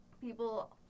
people